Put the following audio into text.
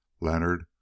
Leonard